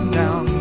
down